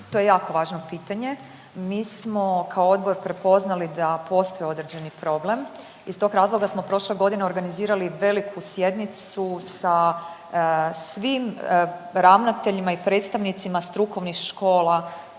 To je jako važno pitanje, mi smo kao odbor prepoznali da postoji određeni problem, iz tog razloga smo prošle godine organizirali veliku sjednicu sa svim ravnateljima i predstavnicima strukovnih škola